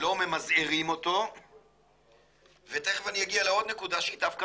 ולא ממזערים אותו ותיכף אני אגיע לעוד נקודה שהיא דווקא